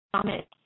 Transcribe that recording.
Summit